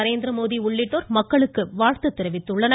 நரேந்திரமோடி உள்ளிட்டோர் மக்களுக்கு வாழ்த்து தெரிவித்துள்ளனர்